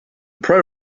pro